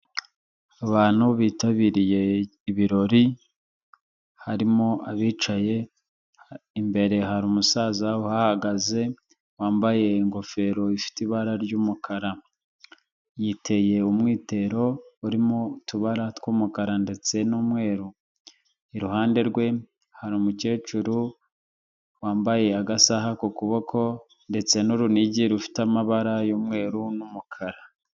Abantu bitabiriye ibirori harimo abicaye, imbere hari umusaza uhahagaze wambaye ingofero ifite ibara ry'umukara, yiteye umwitero urimo utubara tw'umukara ndetse n'umweru, iruhande rwe hari umukecuru wambaye agasa ku kuboko ndetse n'urunigi rufite amabara y'umweru n'umukara.